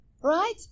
Right